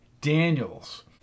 Daniels